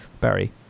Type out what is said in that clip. Barry